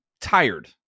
tired